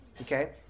Okay